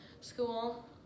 school